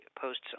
posts